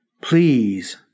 Please